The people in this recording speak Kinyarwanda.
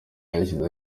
yashyizeho